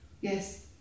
Yes